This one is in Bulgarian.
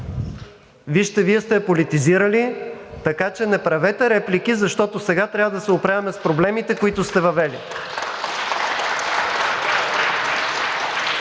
Вижте, Вие сте я политизирали, така че не правете реплики, защото сега трябва да се оправяме с проблемите, които сте въвели.